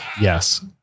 Yes